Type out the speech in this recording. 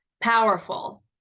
powerful